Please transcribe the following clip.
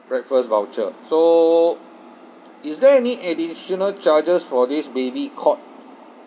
breakfast voucher so is there any additional charges for this baby cot